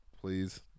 Please